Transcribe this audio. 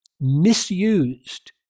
misused